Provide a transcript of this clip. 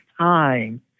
time